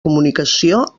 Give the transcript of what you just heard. comunicació